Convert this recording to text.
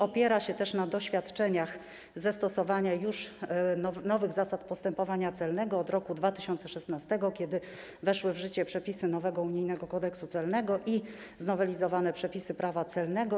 Opiera się też ono na doświadczeniach ze stosowania nowych zasad postępowania celnego od roku 2016, kiedy to weszły w życie przepisy nowego unijnego Kodeksu celnego i znowelizowane przepisy prawa celnego.